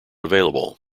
available